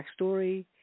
backstory